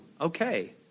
Okay